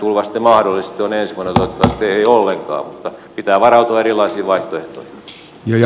toivottavasti ei ollenkaan mutta pitää varautua erilaisiin vaihtoehtoihin